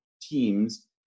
teams